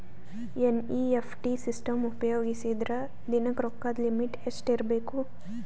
NEFT system ಉಪಯೋಗಿಸಿದರ ದಿನದ ರೊಕ್ಕದ ಲಿಮಿಟ್ ಎಷ್ಟ ಇರಬೇಕು?